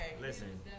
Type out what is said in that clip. Listen